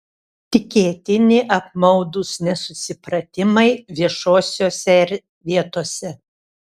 tikėtini apmaudūs nesusipratimai viešosiose vietose